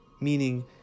meaning